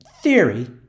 theory